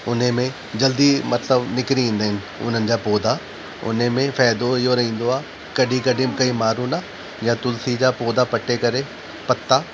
हुन में जल्दी मतिलबु निकिरी ईंदा आहिनि उन्हनि जा पौधा हुन में फ़ाइदो इहो रहंदो आहे कॾहिं कॾहिं कईं माण्हुनि या तुलसी जा पौधा पटे करे पता